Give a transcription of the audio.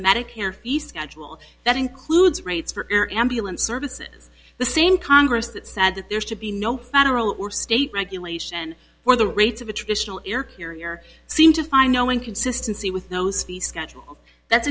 medicare feast schedule that includes rights for air ambulance services the same congress that said that there should be no federal or state regulation or the rates of a traditional air carrier seem to find no inconsistency with those fee schedule that's